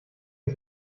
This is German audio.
nie